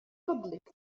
فضلك